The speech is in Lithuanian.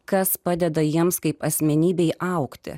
kas padeda jiems kaip asmenybei augti